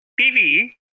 TV